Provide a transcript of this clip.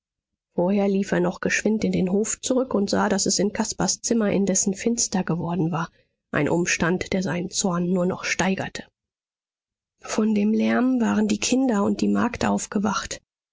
lief er noch geschwind in den hof zurück und sah daß es in caspars zimmer indessen finster geworden war ein umstand der seinen zorn nur noch steigerte von dem lärm waren die kinder und die magd aufgewacht